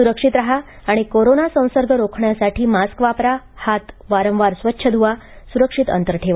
सुरक्षित राहा आणि कोरोना संसर्ग रोखण्यासाठी मास्क वापरा हात वारंवार स्वच्छ धुवा सुरक्षित अंतर ठेवा